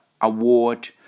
award